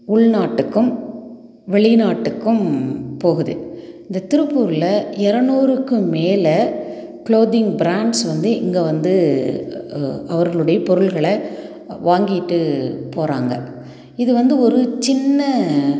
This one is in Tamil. உள்நாட்டுக்கும் வெளிநாட்டுக்கும் போகுது இந்த திருப்பூரில் இரநூறுக்கும் மேலே க்ளோத்திங் ப்ராண்ட்ஸ் வந்து இங்கே வந்து அவர்களுடைய பொருள்களை வாங்கிட்டு போகறாங்க இது வந்து ஒரு சின்ன